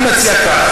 אל תתווכח.